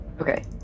Okay